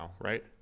right